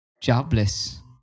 jobless